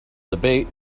debate